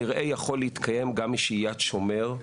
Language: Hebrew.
מרעה יכול להתקיים גם משהיית שומר.